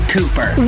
Cooper